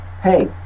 Hey